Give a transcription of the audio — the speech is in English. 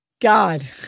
God